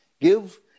Give